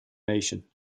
nation